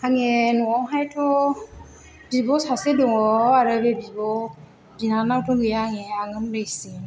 आंनि न'आवहायथ' बिब' सासे दङ आरो बे बिब' बिनानावथ' गैया आंनिया आंनो उन्दैसिन आरो बिदा फंबायफोरबो